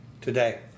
today